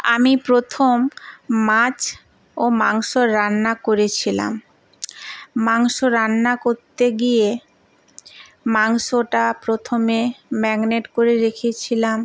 আমি প্রথম মাছ ও মাংস রান্না করেছিলাম মাংস রান্না করতে গিয়ে মাংসটা প্রথমে ম্যাগনেট করে রেখেছিলাম